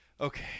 Okay